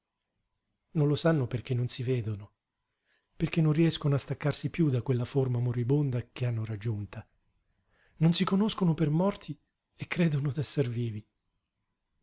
non lo sanno perché non si vedono perché non riescono a staccarsi piú da quella forma moribonda che hanno raggiunta non si conoscono per morti e credono d'esser vivi